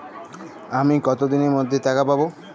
আমি কতদিনের মধ্যে টাকা পাবো?